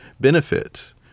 benefits